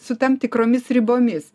su tam tikromis ribomis